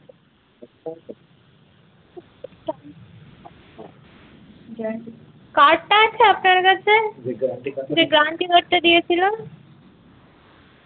কার্ডটা আছে আপনার কাছে গ্যারান্টি কার্ডটা দিয়েছিলাম